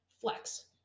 flex